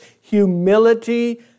humility